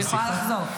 אני יכולה לחזור.